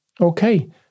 Okay